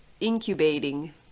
incubating